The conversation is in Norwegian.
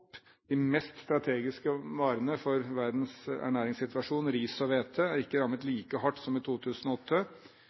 De mest strategiske varene for verdens ernæringssituasjon, ris og hvete, er ikke rammet like hardt som i 2008. Prisen på ris ligger 50 pst. under toppnivået i 2008